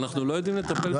אנחנו לא יודעים לטפל בזה.